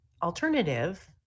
alternative